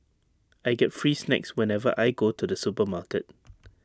I get free snacks whenever I go to the supermarket